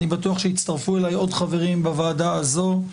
ואני בטוח שיצטרפו אליי עוד חברים בוועדה הזו,